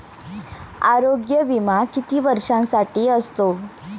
आरोग्य विमा किती वर्षांसाठी असतो?